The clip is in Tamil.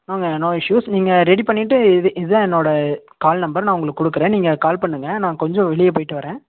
நோங்க நோ இஸ்யூஸ் நீங்கள் ரெடி பண்ணிவிட்டு இது இதுதான் என்னோட கால் நம்பர் நான் உங்களுக்கு கொடுக்குறேன் நீங்கள் கால் பண்ணுங்க நான் கொஞ்சம் வெளியே போய்விட்டு வரேன்